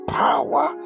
power